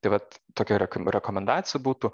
tai vat tokia yra rekomendacija būtų